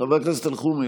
חבר הכנסת אלחרומי,